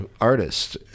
artist